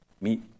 meet